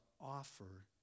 offer